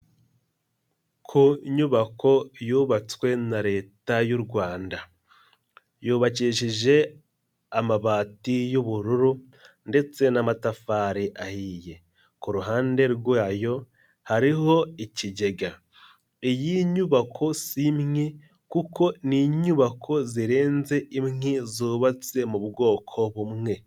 Ku nyubako yubatswe na Leta y'u Rwanda, yubakishije amabati y'ubururu ndetse n'amatafari ahiye, ku ruhande rwayo hariho ikigega, iyi nyubako si imwe kuko ni nyubako zirenze imwe zubatse mu bwoko bumwe.